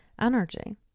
energy